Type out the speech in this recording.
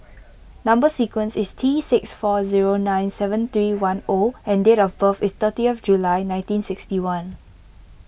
Number Sequence is T six four zero nine seven three one O and date of birth is thirtieth July nineteen sixty one